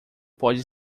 pode